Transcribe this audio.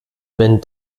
wenn